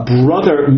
brother